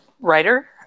writer